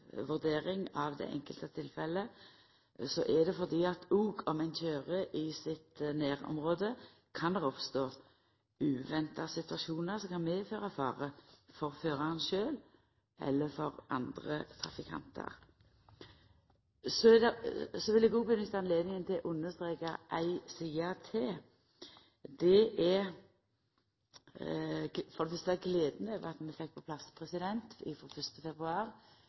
vurdering av det enkelte tilfellet – køyrer i sitt nærområde, kan det oppstå uventa situasjonar som kan medføra fare for føraren sjølv eller for andre trafikantar. Eg vil òg nytta høvet til å understreka endå ei side. Det er for det fyrste gleda over at vi frå 1. januar fekk på plass ei moglegheit til å likestilla køyring under påverknad av alkohol – altså oppfølging/straff i